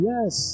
Yes